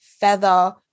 feather